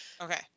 Okay